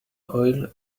oil